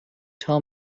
tell